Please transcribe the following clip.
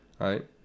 right